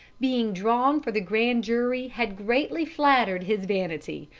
being drawn for the grand jury had greatly flattered his vanity,